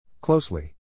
Closely